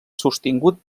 sostingut